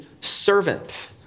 servant